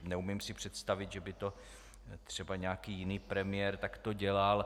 Neumím si představit, že by to třeba nějaký jiný premiér takto dělal.